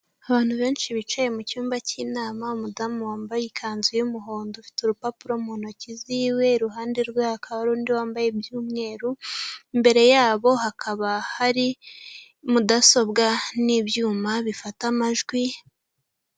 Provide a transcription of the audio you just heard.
Abantu benshi bicaye mu cyumba k'inama, umudamu wambaye ikanzu y'umuhondo ufite urupapuro mu ntoki ziwe, iruhande rwiwe hakaba undi wambaye iby'umweru, imbere yabo hakaba hari mudasobwa n'ibyuma bifata amajwi,